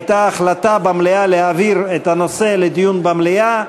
הייתה החלטה במליאה להעביר את הנושא לדיון במליאה.